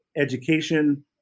education